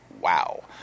Wow